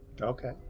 Okay